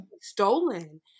stolen